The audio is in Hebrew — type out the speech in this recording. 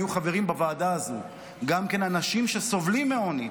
יהיו חברים בוועדה הזאת גם אנשים שסובלים מעוני.